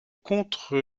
contre